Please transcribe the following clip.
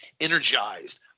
energized